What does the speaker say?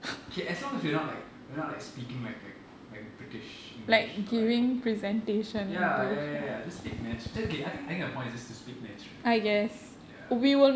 okay as long as we're not like we're not like speaking like like like a british english a like ya ya ya ya just speak nat~ okay I think I think the point is just to speak naturally ya